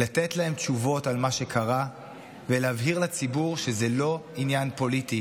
לתת להם תשובות על מה שקרה ולהבהיר לציבור שזה לא עניין פוליטי.